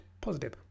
positive